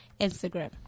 Instagram